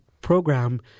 program